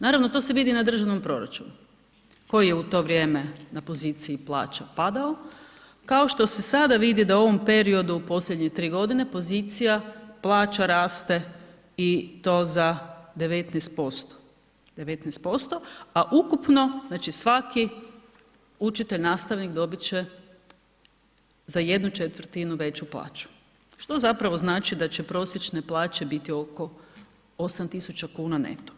Naravno to se vidi na državnom proračunu koji je u to vrijeme na poziciji plaća padao, kao što se sada vidi da u ovom periodu u posljednje tri godine pozicija plaća raste i to za 19%, 19%, a ukupno znači svaki učitelj nastavnik dobit će za 1/4 veću plaću što zapravo znači da će prosječne plaće biti oko 8.000 kuna neto.